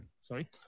Sorry